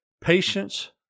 patience